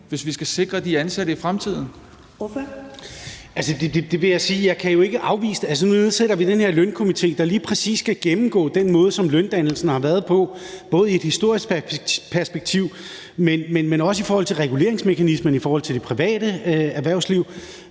afvise det. Nu nedsætter vi den her lønstrukturkomité, der lige præcis skal gennemgå den måde, som løndannelsen har været på, både i et historisk perspektiv, men også i forhold til reguleringsmekanismen i forhold til det private erhvervsliv,